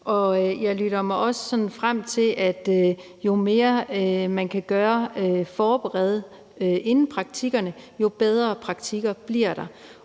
jeg lytter mig også frem til, at jo mere man kan gøre og forberede inden praktikkerne, jo bedre praktikker bliver der,